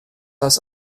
als